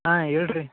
ಹಾಂ ಹೇಳ್ರಿ